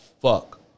fuck